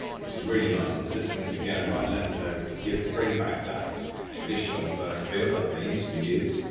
which is really nice, insistence again of argento to give bring back that traditional first feel like they used to use,